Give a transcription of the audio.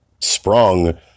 sprung